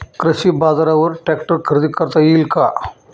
कृषी बाजारवर ट्रॅक्टर खरेदी करता येईल का?